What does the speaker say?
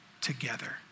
together